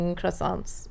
croissants